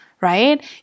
right